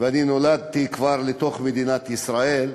ואני נולדתי כבר לתוך מדינת ישראל,